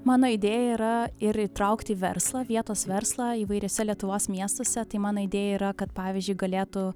mano idėja yra ir įtraukti verslą vietos verslą įvairiuose lietuvos miestuose tai mano idėja yra kad pavyzdžiui galėtų